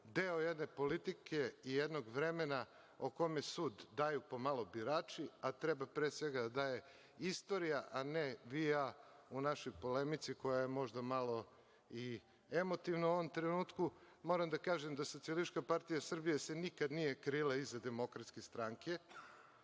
deo jedne politike i jednog vremena o kome sud daju pomalo birači, a treba pre svega da daje istorija, a ne vi i ja u našoj polemici koja je možda malo i emotivna u ovom trenutku. Moram da kažem da SPS se nikad nije krila iza DS, jer zaista